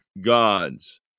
gods